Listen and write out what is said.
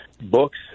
books